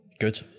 good